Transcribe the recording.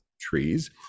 trees